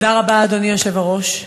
תודה רבה, אדוני היושב-ראש.